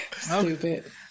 Stupid